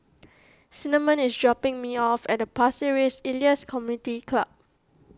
Cinnamon is dropping me off at Pasir Ris Elias Community Club